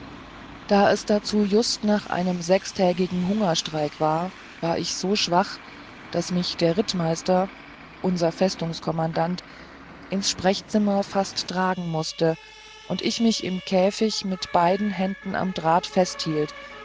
da es dazu just nach einem tägigen hungerstreik war war ich so schwach daß mich der rittmeister unser festungskommandant ins sprechzimmer fast tragen mußte und ich mich im käfig mit beiden händen am draht festhielt